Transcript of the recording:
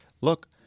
Look